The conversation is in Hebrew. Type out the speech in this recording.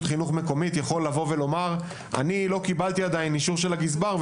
חינוך מקומית יכול לבוא ולומר: " אני לא קיבלתי עדיין אישור של הגזבר,